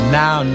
now